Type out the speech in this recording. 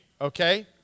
okay